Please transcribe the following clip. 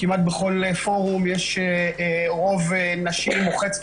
כמעט בכל פורום יש רוב נשי מוחץ.